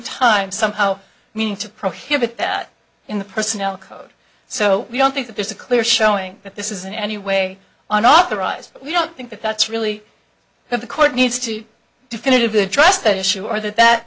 time somehow meaning to prohibit that in the personnel code so we don't think that there's a clear showing that this is in any way on authorized we don't think that that's really what the court needs to definitively address that issue or that that